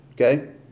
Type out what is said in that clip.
Okay